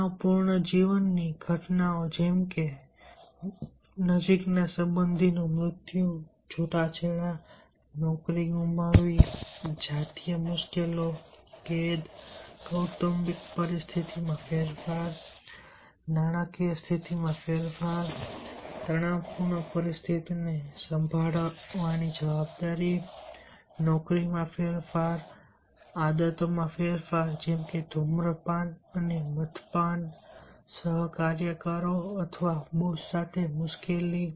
તણાવપૂર્ણ જીવનની ઘટનાઓ જેમ કે નજીકના સંબંધીનું મૃત્યુ છૂટાછેડા નોકરી ગુમાવવી જાતીય મુશ્કેલીઓ કેદ કૌટુંબિક પરિસ્થિતિઓમાં ફેરફાર નાણાકીય સ્થિતિમાં ફેરફાર તણાવપૂર્ણ પરિસ્થિતિને સંભાળવાની જવાબદારી નોકરીમાં ફેરફાર આદતોમાં ફેરફાર જેમ કે ધૂમ્રપાન અને મદ્યપાન સહકાર્યકરો અથવા બોસ સાથે મુશ્કેલી